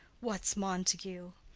what's montague?